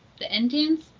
the indians,